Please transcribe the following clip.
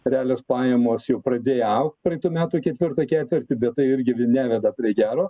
realios pajamos jau pradėję augt praeitų metų ketvirtą ketvirtį bet tai irgi neveda prie gero